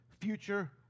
future